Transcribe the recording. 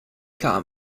calm